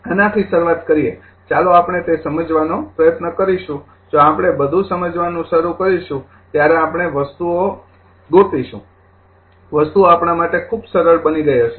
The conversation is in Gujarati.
આનાથી શરૂઆત કરીએ ચાલો આપણે તે સમજવાનો પ્રયત્ન કરીશું જો આપણે બધું સમજવાનું શરૂ કરીશું ત્યારે આપણે વસ્તુઓ ગોતીશું વસ્તુઓ આપણા માટે ખૂબ સરળ બની ગઈ હશે